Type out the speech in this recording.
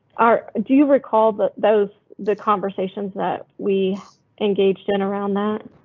are do you recall but those the conversations that we engaged in around that?